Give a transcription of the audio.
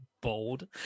bold